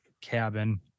cabin